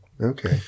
Okay